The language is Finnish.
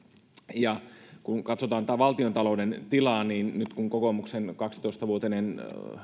ja kun katsotaan valtiontalouden tilaa niin nyt kun kokoomuksen kaksitoista vuotinen